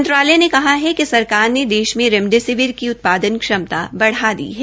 मंत्रालय ने कहा है कि सरकार ने देश में रेमडेसिविर की उत्पादन क्षमता बढ़ा दी है